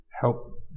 help